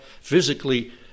physically